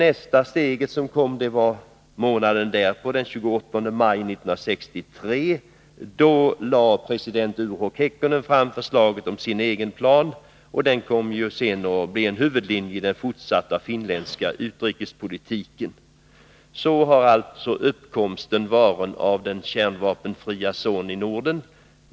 Nästa steg kom månaden därpå, den 28 maj 1963, då president Urho Kekkonen lade fram sin egen plan, som sedan kom att bli en huvudlinje i den finländska utrikespolitiken. Så har alltså tanken på en kärnvapenfri zon i Norden uppkommit.